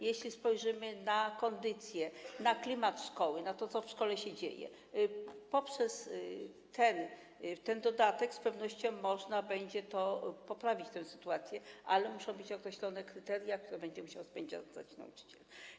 Jeśli spojrzymy na kondycję, na klimat szkoły, na to, co w szkole się dzieje, dzięki temu dodatkowi z pewnością można będzie poprawić tę sytuację, ale muszą być określone kryteria, które będzie musiał spełniać nauczyciel.